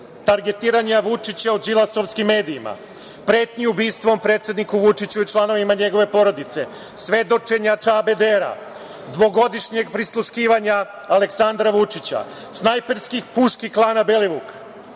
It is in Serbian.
targetiranja Vučića u đilasovskim medijima, pretnji ubistvom predsedniku Vučiću i članovima njegove porodice, svedočenja Čabe Dera, dvogodišnjeg prisluškivanja Aleksandra Vučića, snajperskih puški klana Belivuk.